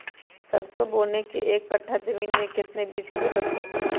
सरसो बोने के एक कट्ठा जमीन में कितने बीज की जरूरत होंगी?